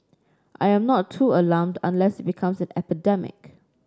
I'm not too alarmed unless it becomes an epidemic